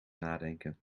nadenken